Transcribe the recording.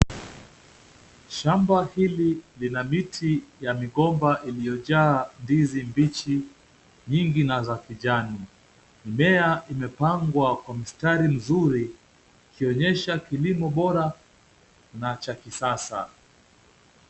Shamba hili ni la miti ya migomba iliyojaa ndizi mbichi nyingi na za kijani. Mimea imepangwa kwa mistari nzuri ikionyesha kilimo bora na cha kisasa.